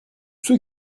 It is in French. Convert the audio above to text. ceux